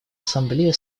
ассамблея